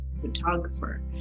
photographer